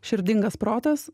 širdingas protas